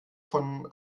von